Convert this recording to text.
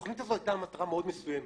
לתכנית הזאת היתה מטרה מאוד מסוימת,